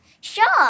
Sure